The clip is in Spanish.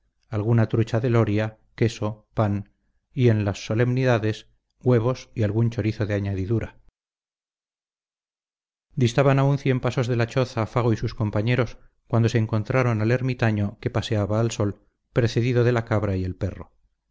alguna trucha del oria queso pan y en las solemnidades huevos y algún chorizo de añadidura distaban aún cien pasos de la choza fago y sus compañeros cuando se encontraron al ermitaño que paseaba al sol precedido de la cabra y el perro